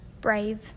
Brave